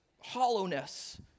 hollowness